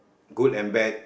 good and bad